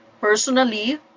personally